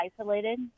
isolated